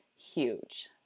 huge